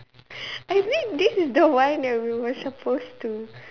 I mean this is the one that we were supposed to